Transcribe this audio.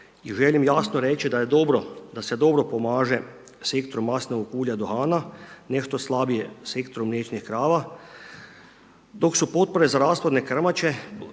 i želim jasno reći da je dobro, da se dobro pomaže sektor maslinovog ulja, duhana, nešto slabije sektor mliječnih krava, dok su potpore za rasplodne krmače